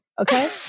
okay